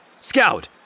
Scout